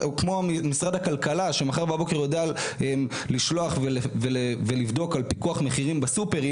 משרד הכלכלה שמחר בבוקר יודע לשלוח ולבדוק על פיקוח מחירים בסופרים.